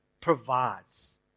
provides